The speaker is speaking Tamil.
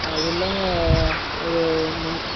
அது இல்லாமல் ஒரு முன்